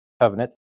covenant